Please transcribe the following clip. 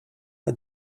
but